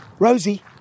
Rosie